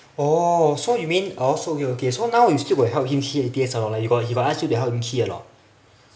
oh so you mean oh okay okay so now you still got help him key A_T_S or not like you got like he got he got ask you to help him key or not